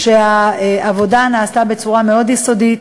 שהעבודה נעשתה בצורה מאוד יסודית,